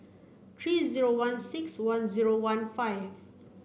three zero one six one zero one five